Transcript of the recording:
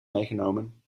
meegenomen